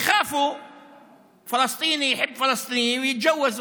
(אומר בערבית: הם פוחדים